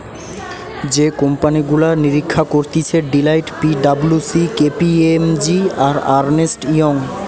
যে কোম্পানি গুলা নিরীক্ষা করতিছে Deloitte, P W C, K P M G, আর আর্নেস্ট ইয়ং